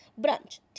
brunch